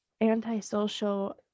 anti-social